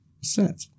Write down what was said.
set